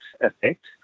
effect